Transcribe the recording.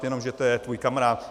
Jenom že to je tvůj kamarád?